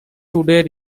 today